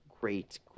great